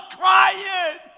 crying